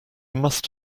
must